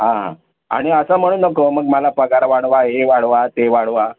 हां आणि असं म्हणू नको मग मला पगार वाढवा हे वाढवा ते वाढवा